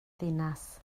ddinas